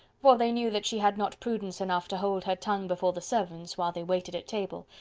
for they knew that she had not prudence enough to hold her tongue before the servants, while they waited at table,